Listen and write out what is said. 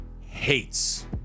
hates